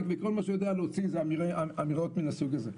וכל מה שהוא יכול להוציא זה רק אמירות מהסוג הזה.